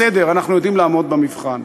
בסדר, אנחנו יודעים לעמוד במבחן.